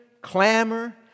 clamor